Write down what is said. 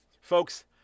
folks